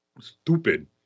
Stupid